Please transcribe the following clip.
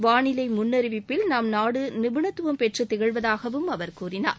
வானிலை முன்னறிவிப்பில் நம்நாடு நிபுணத்துவம் பெற்று திகழ்வதாகவும் அவர் கூறினார்